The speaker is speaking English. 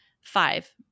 five